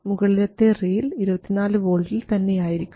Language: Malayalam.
മുകളിലത്തെ റെയിൽ 24 വോൾട്ടിൽ തന്നെയായിരിക്കും